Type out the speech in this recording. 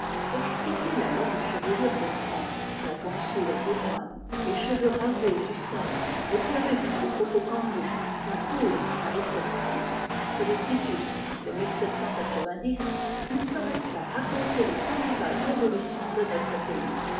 expliquer la longue chevelure des francs la tonsure des moines les cheveux rasés du serf les perruques de popocambou la poudre aristocratique et les titus de ne serait-ce pas raconter les principales révolutions de notre pays